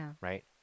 right